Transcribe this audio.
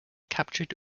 captured